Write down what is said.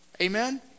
Amen